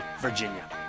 Virginia